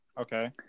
okay